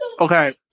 Okay